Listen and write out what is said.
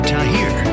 Tahir